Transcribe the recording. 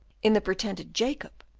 in the pretended jacob,